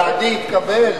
בעדי התקבל?